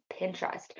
Pinterest